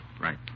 right